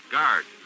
Guard